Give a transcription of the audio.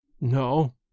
No